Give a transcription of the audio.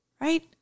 right